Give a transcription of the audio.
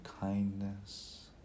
kindness